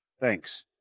Thanks